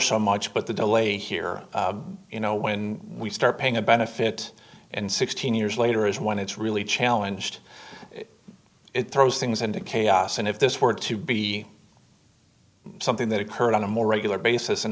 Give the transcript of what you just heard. so much but the delay here you know when we start paying a benefit and sixteen years later is when it's really challenge to it throws things into chaos and if this were to be something that occurred on a more regular basis and